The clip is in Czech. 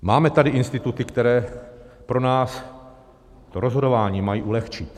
Máme tady instituty, které pro nás to rozhodování mají ulehčit.